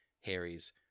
Harry's